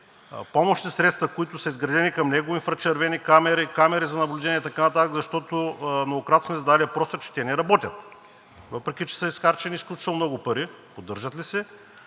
помощни средства, които са изградени към него – инфрачервени камери, камери за наблюдение и така нататък, защото многократно сме задавали въпроса, че те не работят, въпреки че са изхарчени изключително много пари? Поддържат ли се